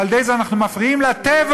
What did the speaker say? ועל-ידי זה אנחנו מפריעים לטבע.